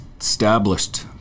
established